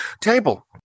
table